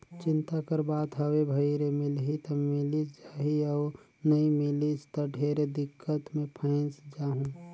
चिंता कर बात हवे भई रे मिलही त मिलिस जाही अउ नई मिलिस त ढेरे दिक्कत मे फंयस जाहूँ